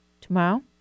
tomorrow